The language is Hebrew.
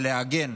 לעגן.